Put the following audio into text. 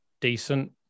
decent